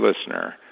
listener